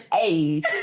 age